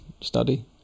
study